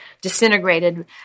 disintegrated